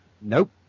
Nope